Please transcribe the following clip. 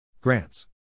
Grants